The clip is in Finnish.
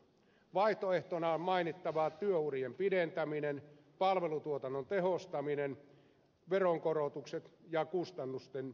vaihtoehtona on mainittava työurien pidentäminen palvelutuotannon tehostaminen veronkorotukset ja kustannusten hillintä